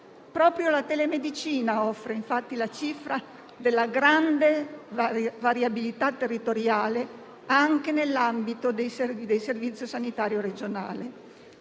Proprio la telemedicina offre infatti la cifra della grande variabilità territoriale anche nell'ambito del servizio sanitario regionale.